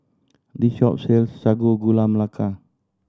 this shop sells Sago Gula Melaka